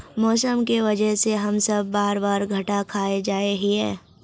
मौसम के वजह से हम सब बार बार घटा खा जाए हीये?